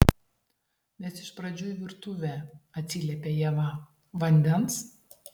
mes iš pradžių į virtuvę atsiliepia ieva vandens